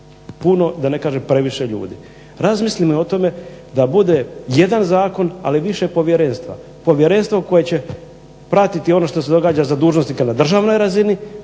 puno da ne kažem previše ljudi. Razmislimo i o tome da bude jedan zakon, ali više povjerenstava, povjerenstvo koje će pratiti ono što se događa za dužnosnika na državnoj razini,